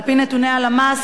על-פי נתוני הלמ"ס,